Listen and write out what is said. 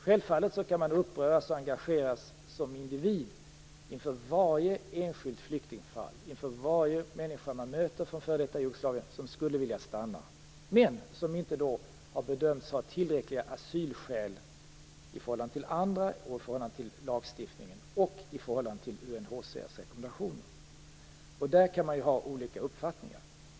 Självfallet kan man uppröras och engageras som individ inför varje enskilt flyktingfall, inför varje människa från f.d. Jugoslavien man möter som skulle vilja stanna men som inte bedöms ha tillräckliga asylskäl i förhållande till andra, i förhållande till lagstiftningen och i förhållande till UNHCR:s rekommendationer. Där kan man ha olika uppfattningar.